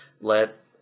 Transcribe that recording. let